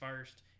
first